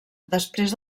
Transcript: després